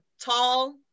tall